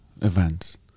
events